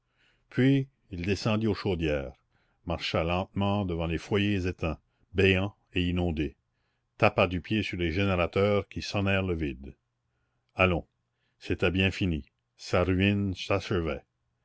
puis il descendit aux chaudières marcha lentement devant les foyers éteints béants et inondés tapa du pied sur les générateurs qui sonnèrent le vide allons c'était bien fini sa ruine